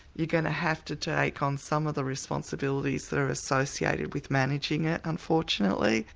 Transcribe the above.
you're going to have to to take on some of the responsibilities that are associated with managing it, unfortunately.